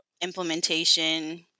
implementation